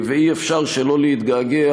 ואי-אפשר שלא להתגעגע,